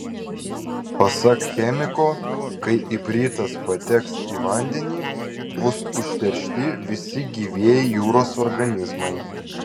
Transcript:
pasak chemiko kai ipritas pateks į vandenį bus užteršti visi gyvieji jūros organizmai